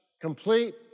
complete